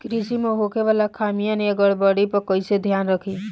कृषि में होखे वाला खामियन या गड़बड़ी पर कइसे ध्यान रखि?